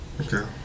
okay